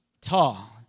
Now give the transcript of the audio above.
tall